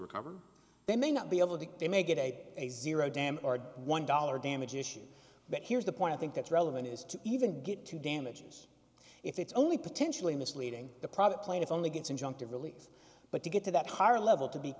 recover they may not be able to they may get a zero dam or one dollar damage issue but here's the point i think that's relevant is to even get to damages if it's only potentially misleading the private plaintiff only gets injunctive relief but to get to that higher level to be